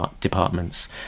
departments